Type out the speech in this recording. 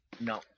No